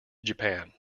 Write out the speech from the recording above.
japan